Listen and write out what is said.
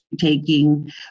taking